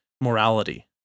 morality